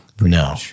No